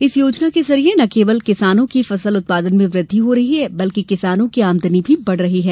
इस योजना के जरिए न केवल किसानों की फसल उत्पादन में वृद्धि हो रही है बल्कि किसानों की आमदानी भी बढ़ रही है